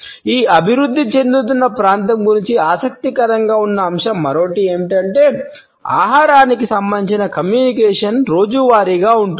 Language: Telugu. ఈ అభివృద్ధి చెందుతున్న ప్రాంతం గురించి ఆసక్తికరంగా ఉన్న మరో అంశం ఏమిటంటే ఆహారానికి సంబంధించిన కమ్యూనికేషన్ రోజువారీగా ఉంటుంది